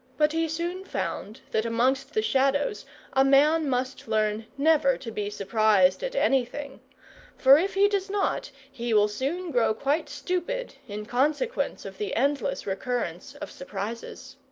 but he soon found that amongst the shgadows a man must learn never to be surprised at anything for if he does not, he will soon grow quite stupid, in consequence of the endless recurrence of surprises.